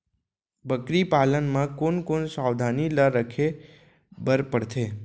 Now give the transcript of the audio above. बकरी पालन म कोन कोन सावधानी ल रखे बर पढ़थे?